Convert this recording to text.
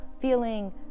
feeling